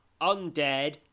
undead